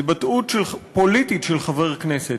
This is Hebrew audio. התבטאות פוליטית של חבר כנסת,